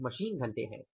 यह मशीन घंटे है